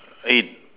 eight